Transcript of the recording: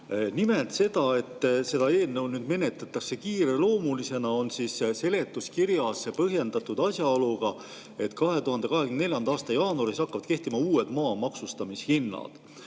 mulle. Seda, et eelnõu menetletakse kiireloomulisena, on seletuskirjas põhjendatud asjaoluga, et 2024. aasta jaanuaris hakkavad kehtima uued maa maksustamishinnad.